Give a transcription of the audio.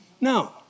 No